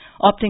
Opting